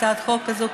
הצעת החוק הזאת,